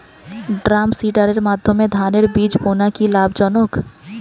ড্রামসিডারের মাধ্যমে ধানের বীজ বোনা কি লাভজনক?